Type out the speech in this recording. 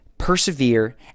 persevere